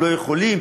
לא יכולים?